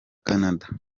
kanada